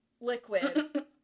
liquid